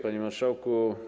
Panie Marszałku!